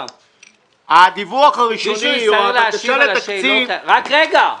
הדיווח הראשוני או הבקשה לתקציב --- רק רגע,